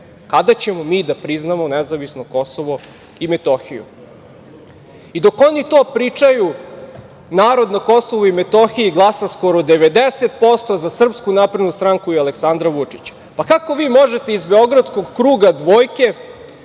Kada ćemo mi da priznamo nezavisno Kosovo i Metohiju? I dok oni to pričaju, narod na Kosovu i Metohiji glasa skoro 90% za SNS i Aleksandra Vučića. Pa kako vi možete iz beogradskog kruga dvojke